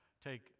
take